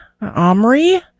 Omri